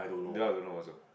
this one I don't know also